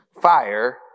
Fire